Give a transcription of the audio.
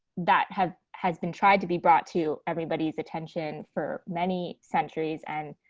that has has been tried to be brought to everybody's attention for many centuries and